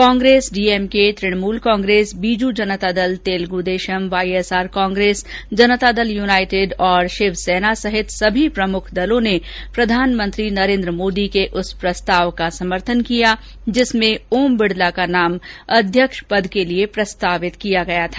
Congress D M K Trinamool Congress Biju Janata Dal Telugu Desam YSR Congress Janata Dal united और शिवसेना सहित सभी प्रमुख दलों ने प्रधानमंत्री नरेन्द्र मोदी के उस प्रस्ताव का समर्थन किया जिसमें ओम बिड़ला का नाम अध्यक्ष पद के लिए प्रस्तावित किया गया था